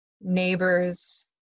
neighbors